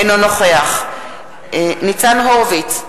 אינו נוכח ניצן הורוביץ,